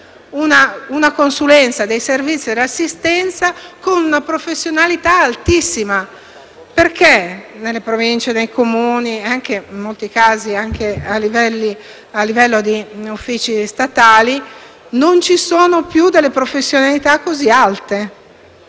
una consulenza, dei servizi di assistenza con una professionalità altissima. Nelle Province, nei Comuni e in molti casi anche a livello di uffici statali non ci sono più professionalità così alte,